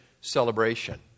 celebration